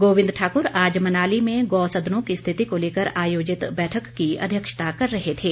गोविंद ठाकुर आज मनाली में गौ सदनों की स्थिति को लेकर आयोजित बैठक की अध्यक्षता कर रहे थे